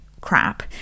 crap